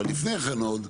אבל לפני כן עוד,